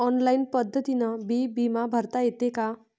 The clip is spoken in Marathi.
ऑनलाईन पद्धतीनं बी बिमा भरता येते का?